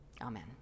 Amen